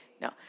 no